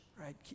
right